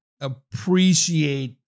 appreciate